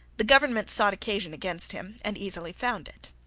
the government sought occasion against him, and easily found it.